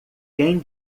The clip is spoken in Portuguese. quem